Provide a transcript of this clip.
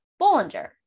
Bollinger